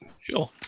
Sure